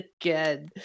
again